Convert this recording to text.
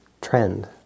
trend